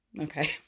Okay